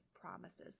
promises